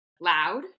loud